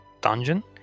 dungeon